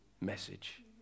message